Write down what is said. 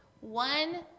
One